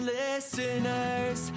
listeners